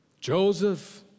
Joseph